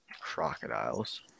crocodiles